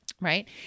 Right